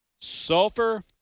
sulfur